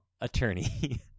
Attorney